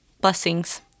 blessings